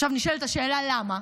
עכשיו נשאלת השאלה למה,